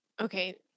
Okay